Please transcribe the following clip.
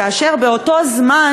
כאשר באותו זמן,